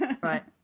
right